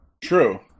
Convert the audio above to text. True